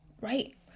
right